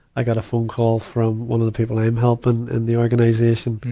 i got a phone call from one of the people i'm helping in the organization.